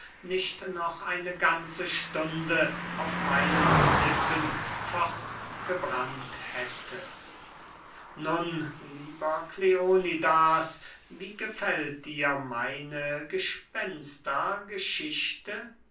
nicht noch eine ganze stunde auf meinen lippen fort gebrannt hätte nun lieber kleonidas wie gefällt dir meine